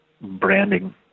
branding